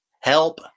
help